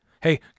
Hey